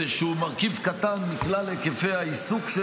ושהוא מרכיב קטן מכלל היקפי העיסוק של